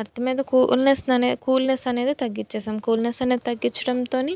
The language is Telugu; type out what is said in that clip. ఎర్త్ మీద కూల్నెస్ని అనే కూల్నెస్ అనేది తగ్గించేసాము కూల్నెస్ అనేది తగ్గించడంతోని